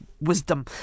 wisdom